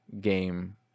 game